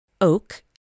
Oak